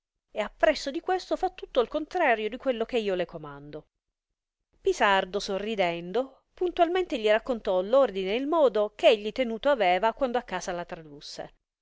e appresso di questo fa tutto il contrario di quello che io le comando pisardo sorridendo puntalmente gli raccontò l'ordine e il modo che egli tenuto aveva quando a casa la tradusse